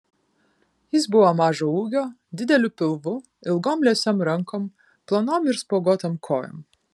jis buvo mažo ūgio dideliu pilvu ilgom liesom rankom plonom ir spuoguotom kojom